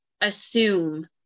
assume